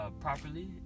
properly